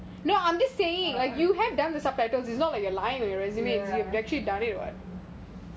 ya